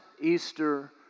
Easter